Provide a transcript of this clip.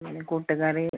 പിന്നെ കൂട്ടുകറി